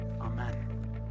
Amen